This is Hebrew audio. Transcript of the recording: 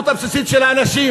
נא לשבת.